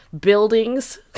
buildings